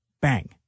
bang